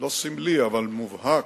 לא סמלי אבל מובהק,